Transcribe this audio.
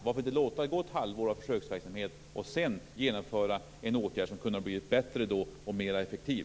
Varför kunde man inte låta det gå ett halvår av försöksverksamhet och sedan genomföra en åtgärd som kunde ha blivit bättre och mer effektiv?